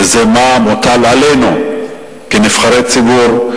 וזה מה מוטל עלינו כנבחרי ציבור,